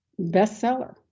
bestseller